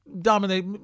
Dominate